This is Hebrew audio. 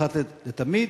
אחת ולתמיד,